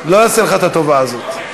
לא אעשה לך את הטובה הזאת.